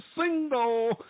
single